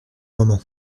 moment